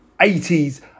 80s